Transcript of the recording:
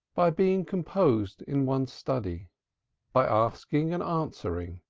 by being composed in one's study by asking and answering,